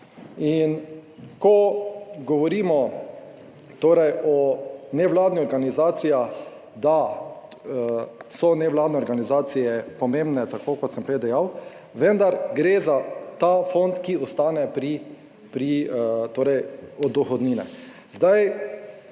In ko govorimo torej o nevladnih organizacijah, da so nevladne organizacije pomembne, tako kot sem prej dejal, vendar gre za ta fond, ki ostane pri, torej